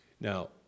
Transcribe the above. Now